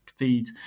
Feed